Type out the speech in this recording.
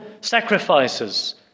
sacrifices